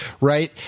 Right